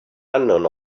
unknown